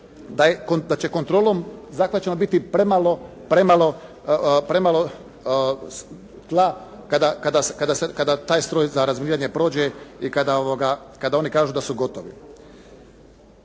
da će kontrolom zahvaćeno biti premalo tla kada taj stroj za razminiranje prođe i kada oni kažu da su gotovi.